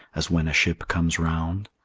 as when a ship comes round?